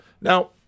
Now